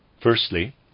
Firstly